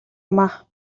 юмаа